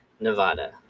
Nevada